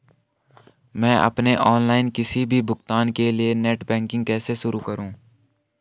मैं अपने ऑनलाइन किसी भी भुगतान के लिए नेट बैंकिंग कैसे शुरु करूँ?